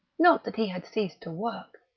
nor that he had ceased to work.